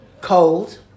cold